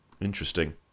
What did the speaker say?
Interesting